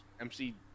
MC